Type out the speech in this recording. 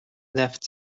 left